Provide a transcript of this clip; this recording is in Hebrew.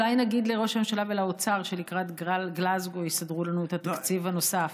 אולי נגיד לראש הממשלה ולאוצר שלקראת גלזגו יסדרו לנו את התקציב הנוסף.